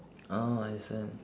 oh understand